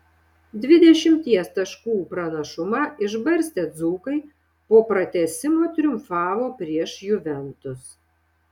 dvidešimties taškų pranašumą išbarstę dzūkai po pratęsimo triumfavo prieš juventus